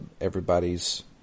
everybody's